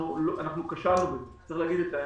אנחנו כשלנו, וצריך להגיד את האמת.